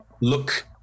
look